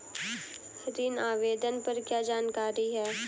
ऋण आवेदन पर क्या जानकारी है?